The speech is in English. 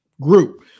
group